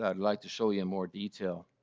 and like to show you in more detail.